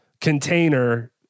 container